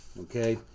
okay